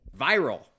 viral